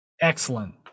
Excellent